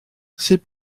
sut